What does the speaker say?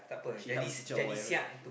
she help the teacher or whatever